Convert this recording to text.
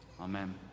Amen